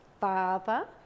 father